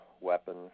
weapon